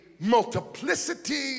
multiplicity